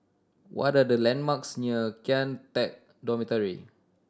what are the landmarks near Kian Teck Dormitory